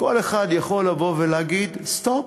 כל אחד יכול לבוא ולהגיד: סטופ,